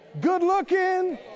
good-looking